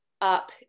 up